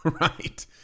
Right